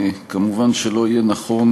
מובן שלא יהיה נכון